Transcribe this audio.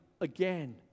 again